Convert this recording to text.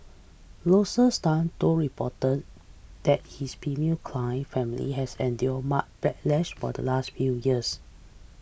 Tan told reporter that his female client family has endure much backlash for the last few years